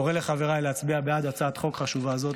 אני קורא לחבריי להצביע בעד הצעת חוק חשובה זו.